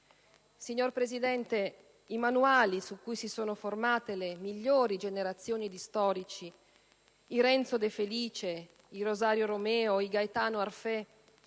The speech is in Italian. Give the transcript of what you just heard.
Signor Presidente, i manuali su cui si sono formate le migliori generazioni di storici - quelli di Renzo De Felice, Rosario Romeo, Gaetano Arfé